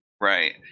Right